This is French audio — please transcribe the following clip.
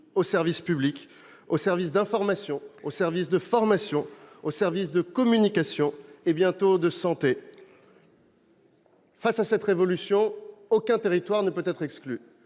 aux services publics, aux services d'information, aux services de formation, aux services de communication et bientôt de santé. Face à cette révolution, aucun territoire ne peut être exclu.